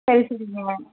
சரி சரிங்க